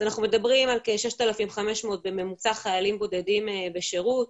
אנחנו מדברים על בממוצע כ-6,500 חיילים בודדים בשירות,